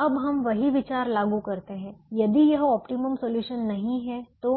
अब हम वही विचार लागू करते हैं यदि यह ऑप्टिमम सॉल्यूशन नहीं है तो